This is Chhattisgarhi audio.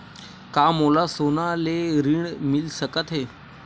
का मोला सोना ले ऋण मिल सकथे?